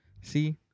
See